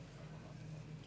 ההצעה להעביר את